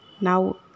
now